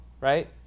right